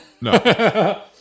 No